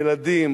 ילדים.